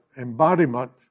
embodiment